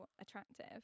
attractive